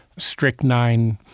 strychnine,